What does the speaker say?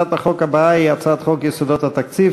הצעת החוק הבאה היא הצעת חוק יסודות התקציב